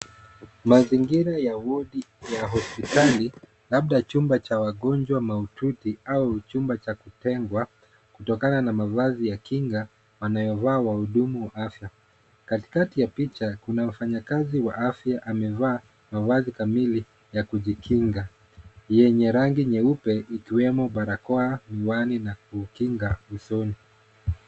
Mazingira ya wodi ya hospitali, labda chumba cha wagonjwa mahututi, au chumba cha kutengwa, kutokana na mavazi ya kinga wanayovaa wahudumu wa afya. Katikati ya picha kuna wafanyakazi wa afya amevaa mavazi kamili ya kujikinga, yenye rangi nyeupe, ikiwemo barakoa, miwangi na kukinga usoni.